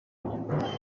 abanyarwanda